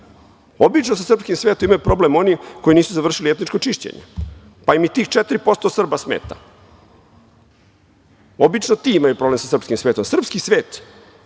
dodam. Obično sa srpskim svetom imaju problem oni koji nisu završili etničko čišćenje, pa im i tih 4% Srba smeta. Obično ti imaju problem sa srpskim svetom. Srpski svet